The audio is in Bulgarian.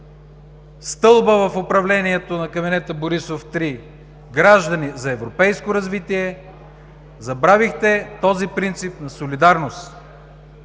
стълба в управлението на кабинета Борисов 3, граждани за европейско развитие, забравили сте този принцип на солидарност.